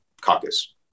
caucus